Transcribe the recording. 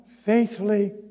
faithfully